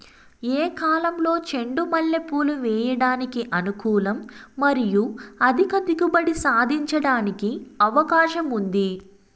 ఏ కాలంలో చెండు మల్లె పూలు వేయడానికి అనుకూలం మరియు అధిక దిగుబడి సాధించడానికి అవకాశం ఉంది?